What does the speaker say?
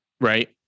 Right